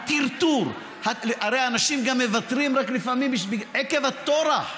הטרטור, הרי אנשים מוותרים לפעמים רק עקב הטורח.